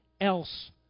else